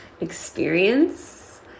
experience